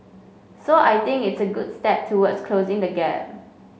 so I think it's a good step towards closing the gap